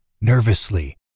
Nervously